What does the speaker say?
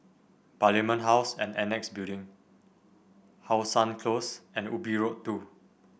Parliament House and Annexe Building How Sun Close and Ubi Road Two